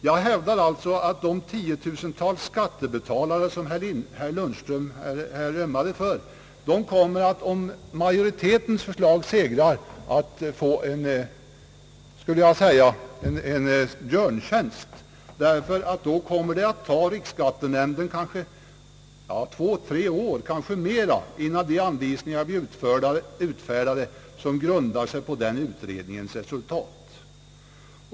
Jag hävdar alltså att de tiotusentals skattebetalare, som herr Lundström ömmade för, kommer att göras en björntjänst om utskottets förslag segrar. Det kommer nämligen att ta riksskattenämnden två, tre år, kanske mera, innan de anvisningar blir utfärdade som grundar sig på den utredningens resultat.